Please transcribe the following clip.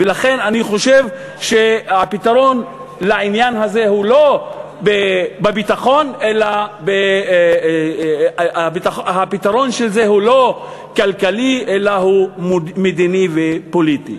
ולכן אני חושב שהפתרון של זה הוא לא כלכלי אלא הוא מדיני ופוליטי.